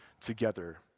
together